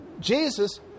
Jesus